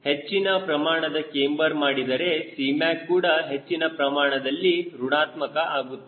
ಹೆಚ್ಚಿನ ಪ್ರಮಾಣದ ಕ್ಯಾಮ್ಬರ್ ಮಾಡಿದರೆ Cmac ಕೂಡ ಹೆಚ್ಚಿನ ಪ್ರಮಾಣದಲ್ಲಿ ಋಣಾತ್ಮಕ ಆಗುತ್ತದೆ